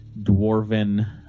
dwarven